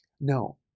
No